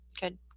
Good